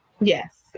Yes